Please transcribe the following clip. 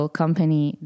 company